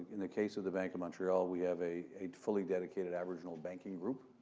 in the case of the bank of montreal, we have a a fully dedicated aboriginal banking group